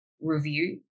review